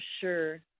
sure